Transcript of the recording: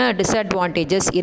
disadvantages